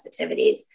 sensitivities